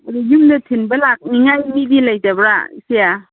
ꯑꯗꯨ ꯌꯨꯝꯗ ꯊꯤꯟꯕ ꯂꯥꯛꯅꯤꯡꯉꯥꯏ ꯃꯤꯗꯤ ꯂꯪꯇꯕ꯭ꯔꯥ ꯏꯆꯦ